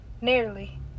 nearly